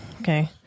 okay